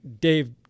Dave